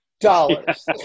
dollars